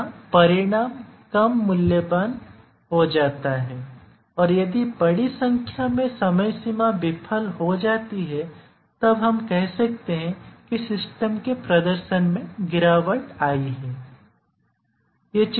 यहां परिणाम कम मूल्यवान हो जाता है और यदि बड़ी संख्या में समय सीमा विफल हो जाती हैतब हम कह सकते हैं कि सिस्टम के प्रदर्शन में गिरावट आई है